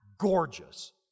gorgeous